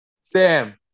Sam